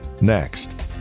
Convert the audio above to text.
next